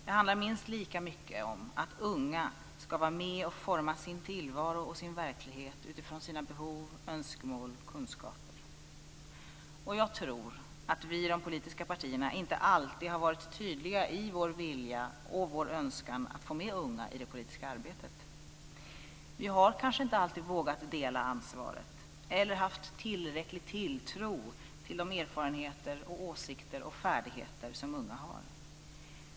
Det handlar minst lika mycket om att unga ska vara med och forma sin tillvaro och sin verklighet utifrån sina behov, önskemål och kunskaper. Jag tror att vi i de politiska partierna inte alltid har varit tydliga i vår vilja och vår önskan att få med unga i det politiska arbetet. Vi har kanske inte alltid vågat dela ansvaret eller haft tillräcklig tilltro till de erfarenheter, åsikter och färdigheter som unga har.